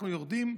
אנחנו יורדים,